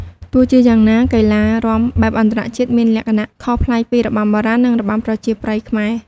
ទោះជាយ៉ាងណា កីឡារាំបែបអន្តរជាតិមានលក្ខណៈខុសប្លែកពីរបាំបុរាណ និងរបាំប្រជាប្រិយខ្មែរ។